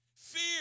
Fear